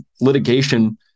litigation